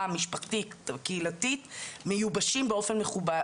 המשפחתית הקהילתית מיובשים באופן מכוון.